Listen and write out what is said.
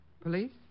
Police